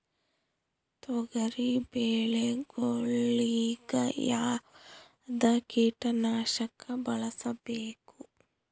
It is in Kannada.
ತೊಗರಿಬೇಳೆ ಗೊಳಿಗ ಯಾವದ ಕೀಟನಾಶಕ ಬಳಸಬೇಕು?